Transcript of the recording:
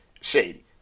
shady